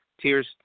tears